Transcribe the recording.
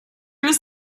was